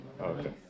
Okay